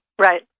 Right